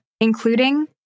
including